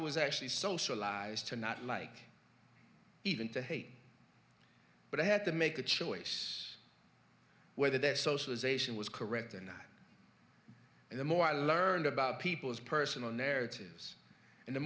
was actually socialized to not like even to hate but i had to make a choice whether that socialization was correct or not and the more i learned about people's personal narratives and the